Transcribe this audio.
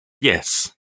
Yes